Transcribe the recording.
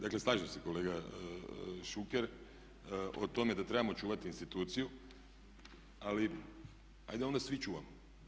Dakle, slažem se kolega Šuker o tome da trebamo čuvati instituciju, ali ajde onda da svi čuvamo.